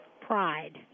Pride